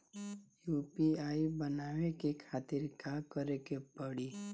UPI बनावे के खातिर का करे के पड़ी?